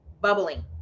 bubbling